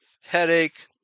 headache